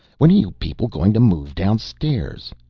when are you people going to move downstairs?